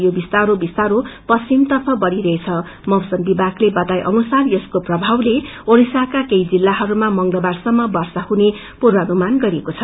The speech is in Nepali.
यो विस्तारै विस्तारै पश्चिम तर्फ बढ़िरहेछ मौसम विभागले बताए अनुसार यसको प्रभावले ओड़िसाका केही जिल्लाहरूमा मंगलबार सम् वर्षा हुने पूर्वानुमान गरिएको छ